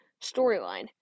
storyline